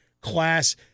class